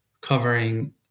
covering